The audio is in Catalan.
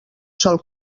sol